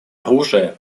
оружия